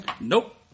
Nope